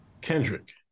Kendrick